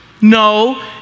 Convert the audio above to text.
No